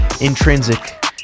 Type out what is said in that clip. intrinsic